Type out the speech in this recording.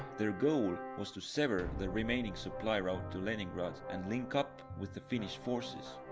their goal was to sever the remaining supply route to leningrad and link up with the finnish forces.